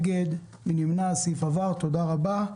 הסעיף עבר, תודה רבה.